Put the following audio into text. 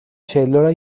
cellula